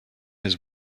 his